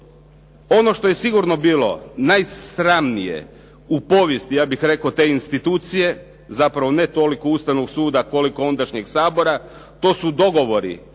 Ono što je sigurno bilo najsramnije u povijesti, ja bih rekao te institucije, zapravo ne toliko Ustavnog suda, koliko ondašnjeg Sabora, to su dogovori